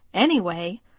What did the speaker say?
anyway,